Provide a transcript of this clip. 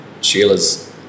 Sheila's